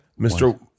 mr